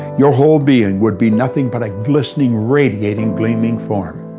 your whole being would be nothing but a glistening, radiating, gleaming form.